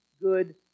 good